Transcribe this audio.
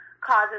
Causes